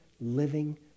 living